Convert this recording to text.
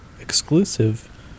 exclusive